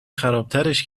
خرابترش